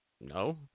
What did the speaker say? No